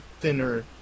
thinner